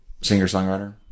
singer-songwriter